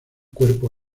cuerpo